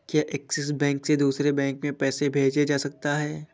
क्या Axis bank से दूसरे बैंक में पैसे भेजे जा सकता हैं?